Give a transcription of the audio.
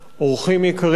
אורחים יקרים,